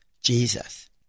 Jesus